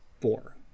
four